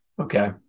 Okay